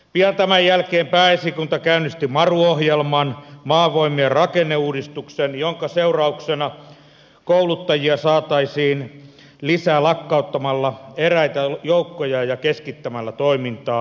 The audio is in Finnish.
pian tämän jälkeen pääesikunta käynnisti maru ohjelman maavoimien rakenneuudistuksen jonka seurauksena kouluttajia saataisiin lisää lakkauttamalla eräitä joukkoja ja keskittämällä toimintaa